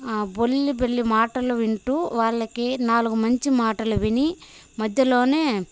ఆ బొల్లి బల్లి మాటలు వింటూ వాళ్ళకి నాలుగు మంచి మాటలు విని మధ్యలోనే